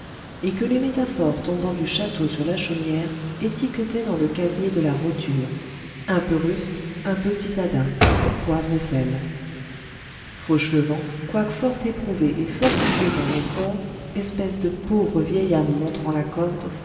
et que les métaphores tombant du château sur la chaumière étiquetaient dans le casier de la roture un peu rustre un peu citadin poivre et sel fauchelevent quoique fort éprouvé et fort usé par le sort espèce de pauvre vieille âme montrant la corde